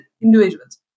individuals